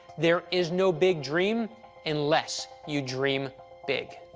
there is no big dream unless you dream big.